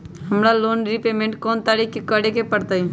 हमरा loan repayment कोन तारीख के करे के परतई?